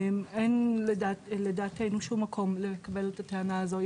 אין, לדעתנו, שום מקום לקבל את הטענה הזו.